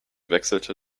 wechselte